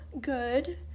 good